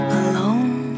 alone